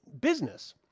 business